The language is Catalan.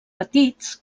petits